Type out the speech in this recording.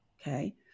Okay